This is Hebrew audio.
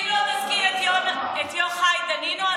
ואם לא תזכיר את יוחאי דנינו,